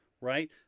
Right